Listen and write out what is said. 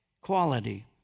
quality